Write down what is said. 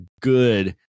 good